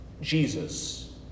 Jesus